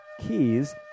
keys